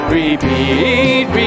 repeat